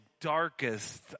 darkest